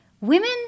Women